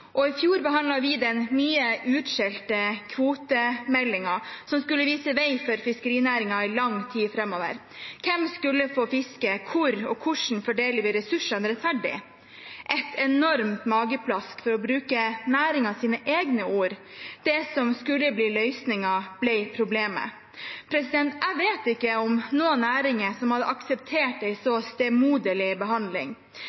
I fjor behandlet vi den mye utskjelte kvotemeldingen, som skulle vise vei for fiskerinæringen i lang tid framover. Hvem skulle få fiske? Hvor og hvordan fordeler vi ressursene rettferdig? Et enormt mageplask, for å bruke næringens egne ord. Det som skulle bli løsningen, ble problemet. Jeg vet ikke om noen næring som hadde akseptert